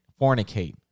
fornicate